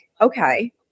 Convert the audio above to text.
okay